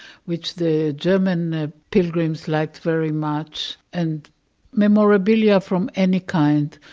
which the german ah pilgrims liked very much, and memorabilia from any kind.